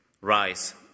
Rise